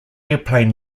airplane